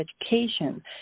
education